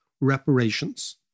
reparations